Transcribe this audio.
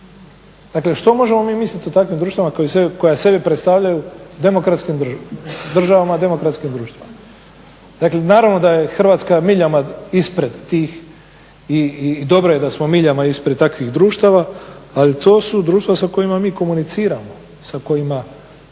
Dakle što možemo mi misliti o takvim društvima koja sebe predstavljaju demokratskim, državama demokratskim društvima. Dakle, naravno da je Hrvatska miljama ispred tih i dobro je da smo ispred takvih društava. Ali to su društva sa kojima mi komuniciramo, sa kojima